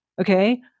Okay